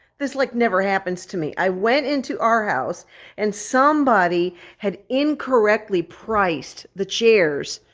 this like never happens to me. i went into our house and somebody had incorrectly priced the chairs.